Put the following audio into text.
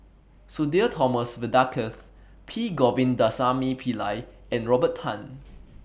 Sudhir Thomas Vadaketh P Govindasamy Pillai and Robert Tan